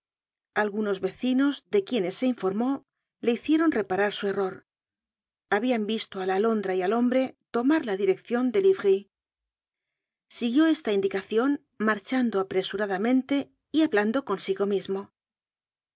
algunos vecinos de quienes se informó le hicieron reparar su error habian visto á la alondra y al hombre tomar la direccion de livry siguió esta indicación marchando apresuradamente y hablando consigo mismo